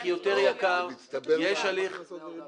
מההודעה הראשונה.